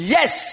Yes